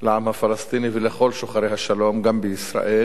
לעם הפלסטיני ולכל שוחרי השלום, גם בישראל,